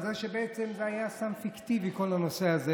שבעצם זה היה סתם פיקטיבי כל הנושא הזה,